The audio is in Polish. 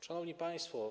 Szanowni Państwo!